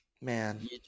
Man